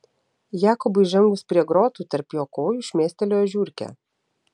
jakobui žengus prie grotų tarp jo kojų šmėstelėjo žiurkė